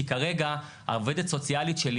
כי כרגע העובדת הסוציאלית שלי,